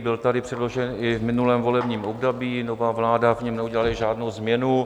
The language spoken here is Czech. Byl tady předložen i v minulém volebním období, nová vláda v něm neudělala žádnou změnu.